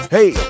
Hey